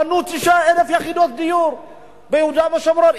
בנו 9,000 יחידות דיור ביהודה ושומרון,